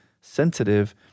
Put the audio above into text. sensitive